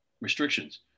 restrictions